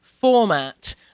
format